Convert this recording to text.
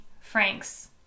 Frank's